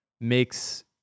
makes